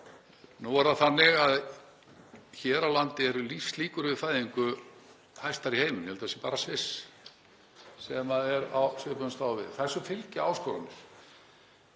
Nú er það þannig að hér á landi eru lífslíkur við fæðingu hæstar í heiminum, ég held að það sé bara Sviss sem er á svipuðum stað. Þessu fylgja áskoranir.